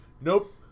nope